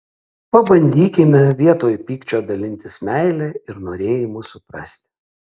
pabandykime vietoj pykčio dalintis meile ir norėjimu suprasti